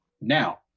Now